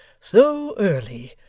so early.